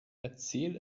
erzähl